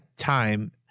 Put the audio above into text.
time